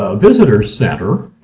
visitors center,